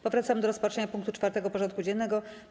Powracamy do rozpatrzenia punktu 4. porządku dziennego: